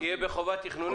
זו תהיה חובה תכנונית?